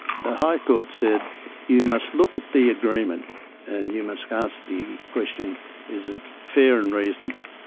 the high court said you must look at the agreement and you must ask the question is it fair and reasonable?